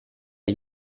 gli